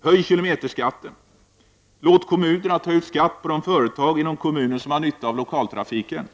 Höj kilometerskatten. Låt kommunerna ta ut en skatt på de företag inom kommunen som har nytta av lokaltrafiken.